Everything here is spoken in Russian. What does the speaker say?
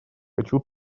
хочу